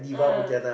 ah